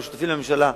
לא שותפים לממשלה,